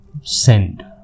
Send